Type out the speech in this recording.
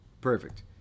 perfect